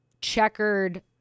checkered